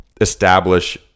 establish